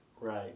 Right